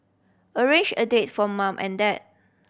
arrange a date for mum and dad